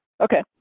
Okay